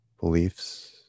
beliefs